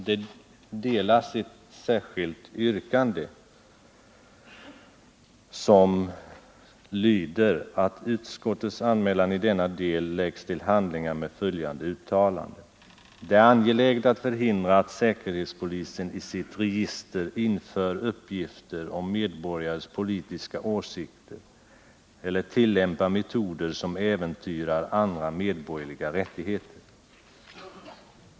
Det delas ut ett särskilt yrkande i kammaren, som lyder: ”att utskottets anmälan i denna del läggs till handlingarna med följande uttalande: Det är angeläget att förhindra att säkerhetspolisen i sitt register inför uppgifter om medborgares politiska åsikter eller tillämpar metoder som äventyrar andra medborgerliga rättigheter.